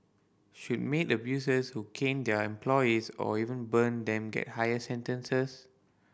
should maid abusers who cane their employees or even burn them get higher sentences